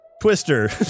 Twister